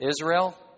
Israel